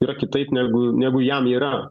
yra kitaip negu negu jam yra